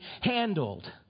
handled